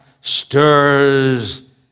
stirs